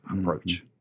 approach